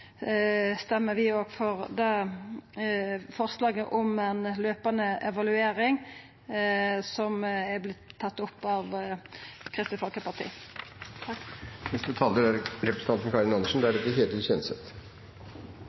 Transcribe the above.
stemmer vi òg for forslaget om ein løpande evaluering som har vorte tatt opp av Kristeleg Folkeparti.